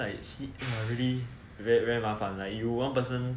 it's you see !wah! really very very 麻烦 like you one person